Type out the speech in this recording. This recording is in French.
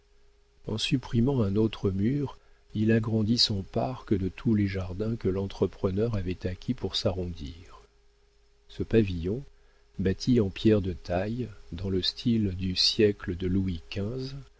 en supprimant un autre mur il agrandit son parc de tous les jardins que l'entrepreneur avait acquis pour s'arrondir ce pavillon bâti de pierre de taille dans le style du siècle de louis